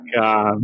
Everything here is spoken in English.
god